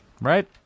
Right